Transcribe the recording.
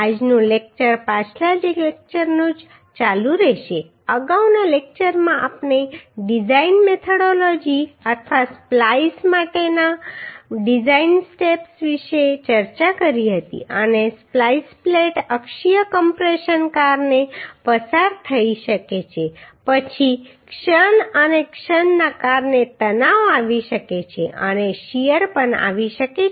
આજનું લેક્ચર પાછલા લેક્ચરનું જ ચાલુ રહેશે અગાઉના લેક્ચરમાં આપણે ડિઝાઈન મેથડોલોજી અથવા સ્પ્લાઈસ પ્લેટ માટેના ડિઝાઈન સ્ટેપ્સ વિશે ચર્ચા કરી હતી અને સ્પ્લાઈસ પ્લેટ અક્ષીય કમ્પ્રેશનને કારણે પસાર થઈ શકે છે પછી ક્ષણ અને ક્ષણના કારણે તણાવ આવી શકે છે અને શીયર પણ આવી શકે છે